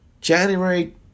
january